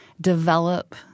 develop